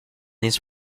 his